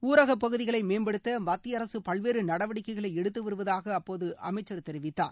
ஊரகப் பகுதிகளை மேம்படுத்த மத்திய அரசு பல்வேறு நடவடிக்கைகளை எடுத்து வருவதாக அப்போது அமைச்சர் தெரிவித்தார்